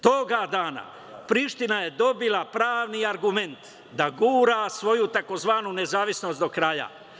Toga dana Priština je dobila pravni argument da gura svoju tzv. „nezavisnost“ do kraja.